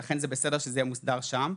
ולכן זה בסדר שזה יהיה מוסדר שם,